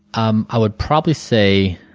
um i would probably say